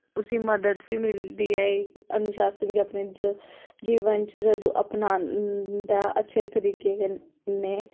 उस्सी मदद बी मिलदी ऐ एह् अनुशासन च अपनी जीवन च जदूं अपनांदा अच्छे करीके कन्नै